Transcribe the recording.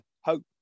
hope